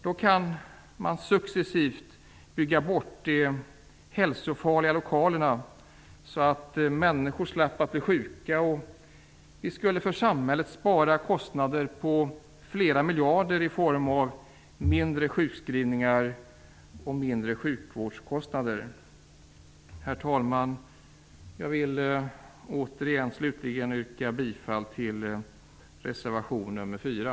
Man kan då successivt bygga bort de hälsofarliga lokalerna, så att människor slipper bli sjuka, och vi skulle för samhället spara kostnader på flera miljarder, i form av mindre sjukskrivningar och mindre sjukvårdskostnader. Herr talman! Jag vill slutligen återigen yrka bifall till reservation nr 4.